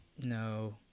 No